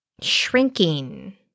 shrinking